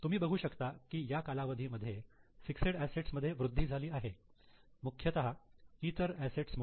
तुम्ही बघू शकता की या कालावधीमध्ये फिक्सेड असेट्स मध्ये वृद्धि झाली आहे मुख्यतः इतर असेट्स मुळे